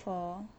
for